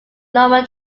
lower